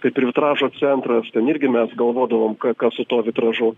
kaip ir vitražo centras ten irgi mes galvodavom ką su tuo vitražu